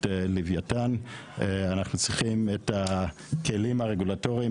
לווייתן אנחנו צריכים את הכלים הרגולטוריים,